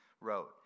wrote